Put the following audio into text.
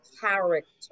character